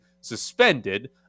suspended